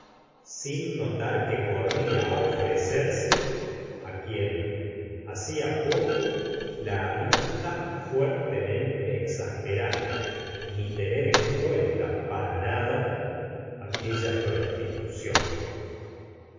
sin notar que corría á ofrecerse á quien hacia poco la habfa tan fuertemente exasperado ni tener en euenta para nada aqueha prostitución